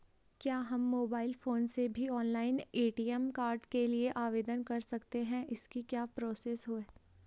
क्या हम mobile phone से भी ऑनलाइन ए.टी.एम कार्ड के लिए आवेदन कर सकते हैं इसकी क्या प्रोसेस है?